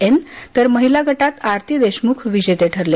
N तर महीला गटात आरती देशमुख विजेते ठरले